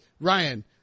Ryan